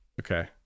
okay